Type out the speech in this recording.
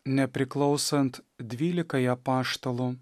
nepriklausant dvylikai apaštalų